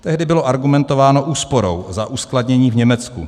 Tehdy bylo argumentováno úsporou za uskladnění v Německu.